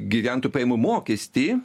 gyventojų pajamų mokestį